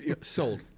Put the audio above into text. Sold